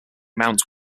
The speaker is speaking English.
mount